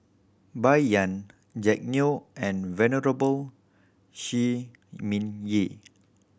Bai Yan Jack Neo and Venerable Shi Ming Yi